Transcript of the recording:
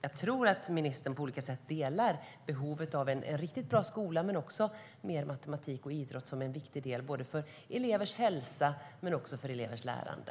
Jag tror att ministern delar vår uppfattning om behovet av en riktigt bra skola liksom att mer matematik och idrott är viktigt både för elevers hälsa och för elevers lärande.